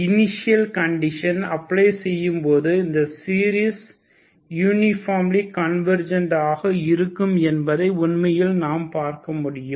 initial conditions apply செய்யும்போது இந்த series uniform convergent ஆக இருக்கும் என்பதை உண்மையில் நாம் பார்க்க முடியும்